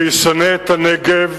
שישנה את הנגב